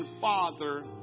Father